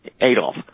Adolf